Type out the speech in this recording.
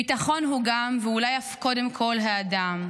ביטחון הוא גם, ואולי אף קודם כול, האדם.